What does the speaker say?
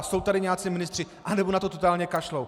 Jsou tady nějací ministři, anebo na to totálně kašlou?